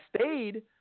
stayed